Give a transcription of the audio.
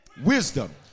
Wisdom